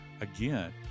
again